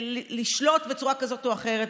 לשלוט בצורה כזאת או אחרת,